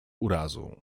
urazą